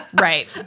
right